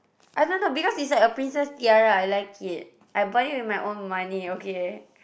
I don't know because it's like a princess tiara I like it I bought it with my own money okay